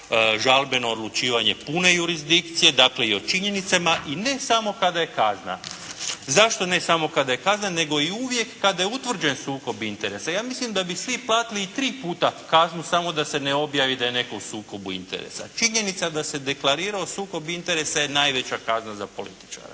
žalbeno odlučivanje pune jurisdikcije, dakle i o činjenicama i ne samo kada je kazna. Zašto ne samo kada je kazna, nego i uvijek kada je utvrđen sukob interesa. Ja mislim da bi svi platili i tri puta samo da se ne objavi da je netko u sukobu interesa. Činjenica da se deklarira o sukobu interesa je najveća kazna za političara.